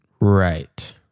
Right